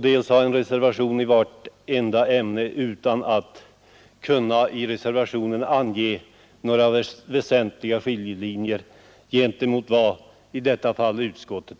dels ha en reservation i vartenda ämne utan att kunna i reservationen ange några väsentliga skiljelinjer gentemot vad utskottet har anfört.